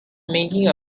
making